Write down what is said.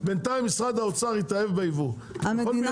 בינתיים משרד האוצר התאהב ביבוא של כל מיני